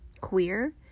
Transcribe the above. queer